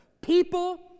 People